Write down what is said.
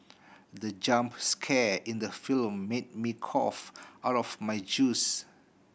the jump scare in the film made me cough out my juice